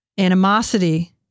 Animosity